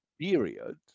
period